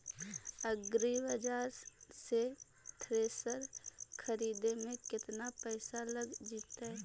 एग्रिबाजार से थ्रेसर खरिदे में केतना पैसा लग जितै?